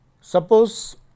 suppose